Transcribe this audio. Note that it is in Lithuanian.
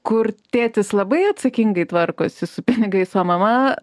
kur tėtis labai atsakingai tvarkosi su pinigais o mama